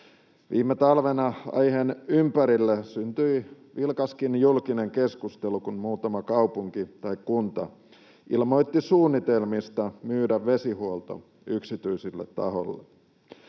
Viime talvena aiheen ympärille syntyi vilkaskin julkinen keskustelu, kun muutama kaupunki tai kunta ilmoitti suunnitelmista myydä vesihuolto yksityisille tahoille.